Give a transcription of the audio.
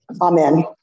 amen